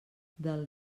del